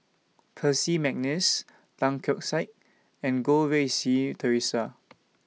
Percy Mcneice Tan Keong Saik and Goh Rui Si Theresa